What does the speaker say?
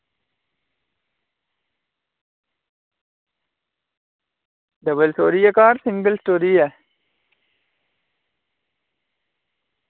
double storey ऐ घर जां सिंगल स्टोरी ऐ